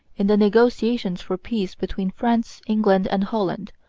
in the negotiations for peace between france, england, and holland,